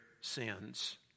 sins